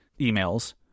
emails